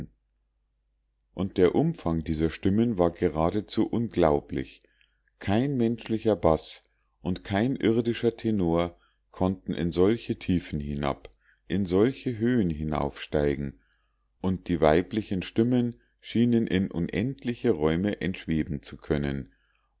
und der umfang dieser stimmen war geradezu unglaublich kein menschlicher baß und kein irdischer tenor konnte in solche tiefen hinab in solche höhen hinaufsteigen und die weiblichen stimmen schienen in unendliche räume entschweben zu können